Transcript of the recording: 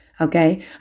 Okay